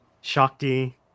Shakti